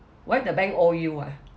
why the bank owe you ah